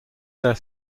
their